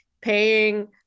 paying